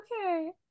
okay